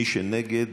מי שנגד,